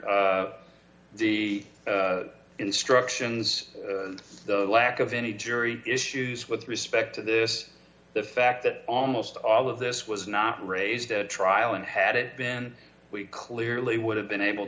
the instructions and the lack of any jury issues with respect to this the fact that almost all of this was not raised at trial and had it been we clearly would have been able